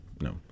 No